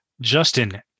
Justin